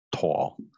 tall